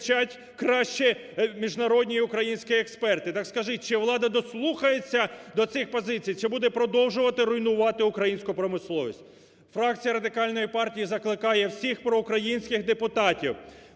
краще міжнародні й українські експерти. Так скажіть, чи влада дослухається до цих позицій, чи буде продовжувати руйнувати українську промисловість? Фракція Радикальної партії закликає всіх проукраїнських депутатів,